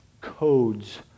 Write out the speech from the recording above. codes